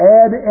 add